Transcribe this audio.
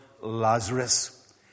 Lazarus